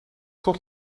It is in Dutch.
tot